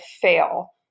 fail